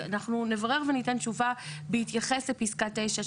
אנחנו נברר וניתן תשובה בהתייחס לפסקה 9,